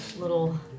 little